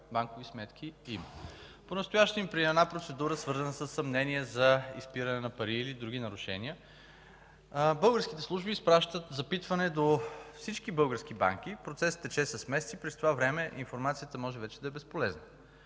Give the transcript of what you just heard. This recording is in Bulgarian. банкови сметки има. Понастоящем при една процедура, свързана със съмнение за изпиране на пари или други нарушения, българските служби изпращат запитване до всички български банки. Процесът тече с месеци. През това време информацията може вече да е безполезна,